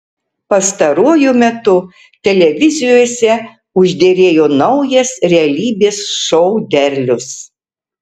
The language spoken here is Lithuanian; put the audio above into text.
pastaruoju metu televizijose užderėjo naujas realybės šou derlius